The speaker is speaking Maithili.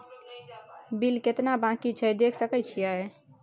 बिल केतना बाँकी छै देख सके छियै?